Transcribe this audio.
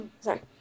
Sorry